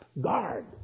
Guard